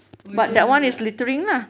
why they do that